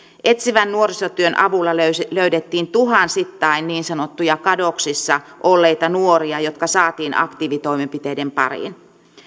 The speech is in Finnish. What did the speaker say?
etsivän nuorisotyön avulla löydettiin löydettiin tuhansittain niin sanottuja kadoksissa olleita nuoria jotka saatiin aktiivitoimenpiteiden pariin